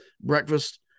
breakfast